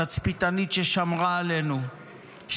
תצפיתנית ששמרה עלינו,